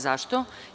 Zašto?